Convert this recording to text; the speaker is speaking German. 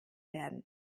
werden